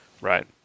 Right